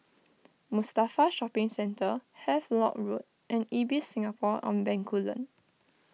Mustafa Shopping Centre Havelock Road and Ibis Singapore on Bencoolen